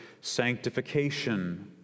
sanctification